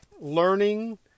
Learning